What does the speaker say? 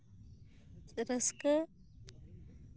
ᱨᱟᱹᱥᱠᱟᱹ